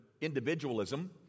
individualism